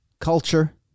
culture